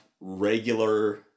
regular